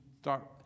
start